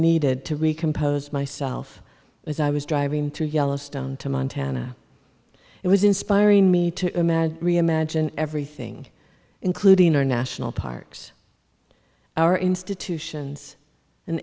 needed to be composed myself as i was driving to yellowstone to montana it was inspiring me to reimagine everything including our national parks our institutions and